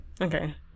Okay